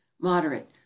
moderate